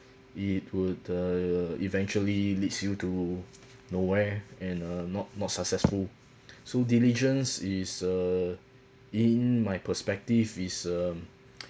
it would err eventually leads you to nowhere and uh not not successful so diligence is err in my perspective is um